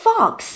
Fox